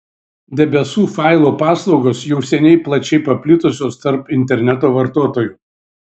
debesų failų paslaugos jau seniai plačiai paplitusios tarp interneto vartotojų